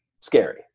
scary